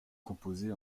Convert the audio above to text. composée